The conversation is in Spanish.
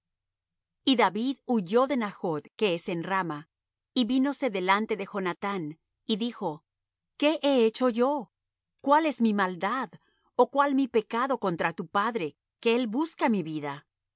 y david huyó de najoth que es en rama y vínose delante de jonathán y dijo qué he hecho yo cuál es mi maldad ó cuál mi pecado contra tu padre que él busca mi vida